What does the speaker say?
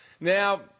Now